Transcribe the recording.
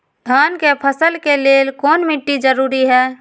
धान के फसल के लेल कौन मिट्टी जरूरी है?